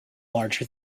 larger